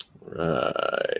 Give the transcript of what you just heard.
right